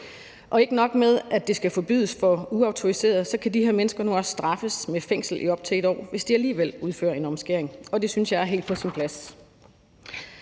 Og ikke nok med, at det skal forbydes for uautoriserede, kan de her mennesker nu også straffes med fængsel i op til 1 år, hvis de alligevel udfører en omskæring, og det synes jeg er helt på sin plads.